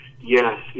yes